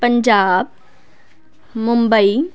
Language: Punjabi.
ਪੰਜਾਬ ਮੁੰਬਈ